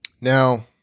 Now